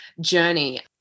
journey